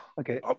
okay